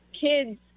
kids